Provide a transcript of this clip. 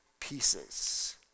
pieces